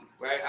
Right